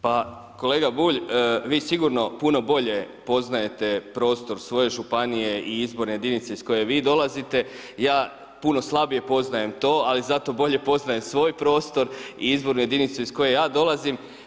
Pa kolega Bulj vi sigurno puno bolje poznajete prostor svoje županije i izborne jedinice iz koje vi dolazite, ja puno slabije poznajem to, ali zato bolje poznajem svoj prostor i izbornu jedinicu iz koje ja dolazim.